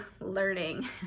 learning